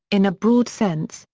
in a broad sense,